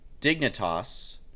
Dignitas